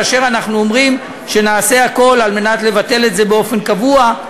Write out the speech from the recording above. ואנחנו אומרים שנעשה הכול כדי לבטל את זה באופן קבוע.